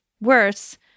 Worse